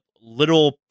little